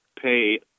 pay